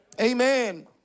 Amen